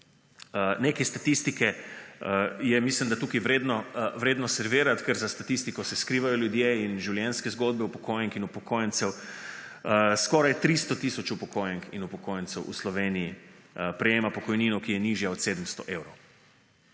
Neke statistike je mislim, da tukaj vredno servirati, ker za statistiko se skrivajo ljudje in življenjske zgodbe upokojenk in upokojencev skoraj 300 tisoč upokojenk in upokojencev v Sloveniji prejema pokojnino, ki je nižja od 700 evrov.